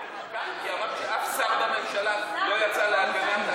אמרת שאף שר בממשלה לא יצא להגנה,